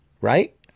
Right